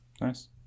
nice